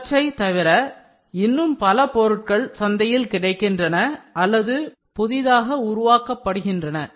இவற்றைத் தவிர இன்னும் பல பொருட்கள் சந்தையில் கிடைக்கின்றன அல்லது புதிதாக உருவாக்கப்படுகின்றன